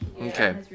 Okay